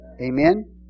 Amen